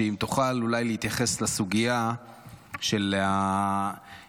אם תוכל אולי להתייחס לסוגיה של הילדים